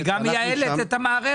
היא גם מייעלת את המערכת.